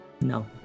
no